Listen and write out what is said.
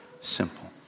Simple